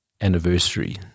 anniversary